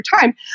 time